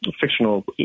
fictional